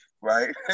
right